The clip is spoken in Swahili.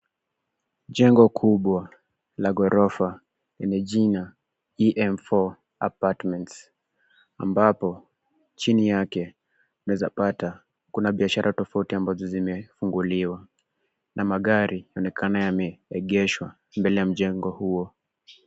Jengo kubwa la ghorofa lenye jina, EM4 Apartments, ambapo chini yake tunaeza pata kuna biashara tofauti ambazo zimefunguliwa, na magari yanaonekana yameegeshwa mbele ya mjengo huo.